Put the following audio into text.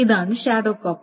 ഇതാണ് shadow copy